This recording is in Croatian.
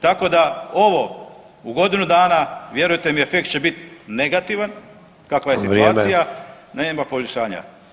Tako da ovo u godinu dana vjerujte mi efekt će biti negativan [[Upadica: Vrijeme.]] kakva je situacija nema poboljšanja.